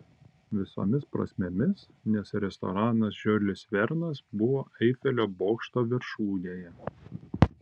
visomis prasmėmis nes restoranas žiulis vernas buvo eifelio bokšto viršūnėje